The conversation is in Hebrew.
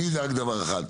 אני יודע רק דבר אחד,